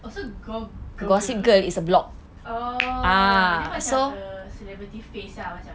so go~ go~ gossip girl oh dia macam err celebrity face lah